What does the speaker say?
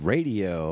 Radio